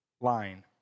line